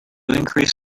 increase